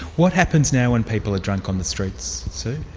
what happens now when people are drunk on the streets, sue?